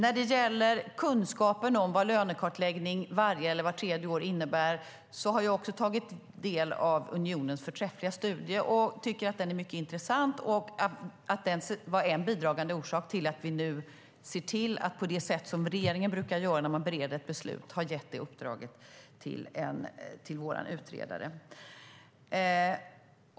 Beträffande vad lönekartläggning varje eller vart tredje år innebär har jag också tagit del av Unionens förträffliga studie och tycker att den är mycket intressant. Den var en bidragande orsak till att vi nu - på det sätt som regeringen brukar göra när man bereder ett beslut - har gett det uppdraget till vår utredare.